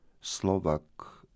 Slovak